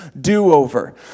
do-over